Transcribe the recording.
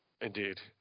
Indeed